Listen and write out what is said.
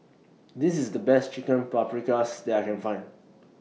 This IS The Best Chicken Paprikas that I Can Find